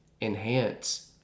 enhance